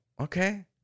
okay